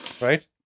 right